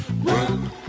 Run